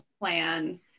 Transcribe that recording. plan